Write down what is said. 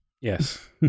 Yes